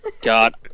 God